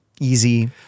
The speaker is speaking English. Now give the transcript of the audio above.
Easy